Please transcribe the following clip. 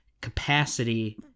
capacity